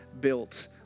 built